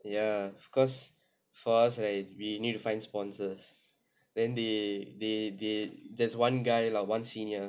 ya because for us right we need to find sponsors then they they they there's one guy lah one senior